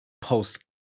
post